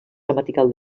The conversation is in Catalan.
gramatical